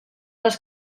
les